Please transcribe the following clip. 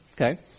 Okay